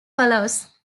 follows